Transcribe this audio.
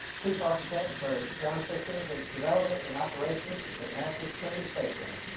chief architect for ground systems and development and operation at nasa's kennedy space center.